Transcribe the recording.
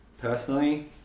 personally